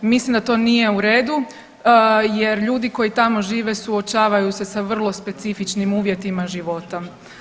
Mislim da to nije u redu jer ljudi koji tamo žive suočavaju se sa vrlo specifičnim uvjetima živote.